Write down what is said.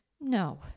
No